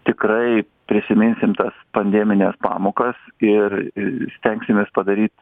tikrai prisiminsim tas pandemines pamokas ir i stengsimės padaryt